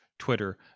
Twitter